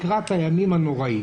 לקראת הימים הנוראיים.